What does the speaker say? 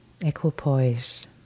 equipoise